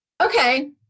Okay